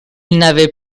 n’avait